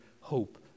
hope